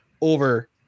over